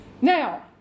Now